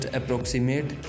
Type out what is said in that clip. approximate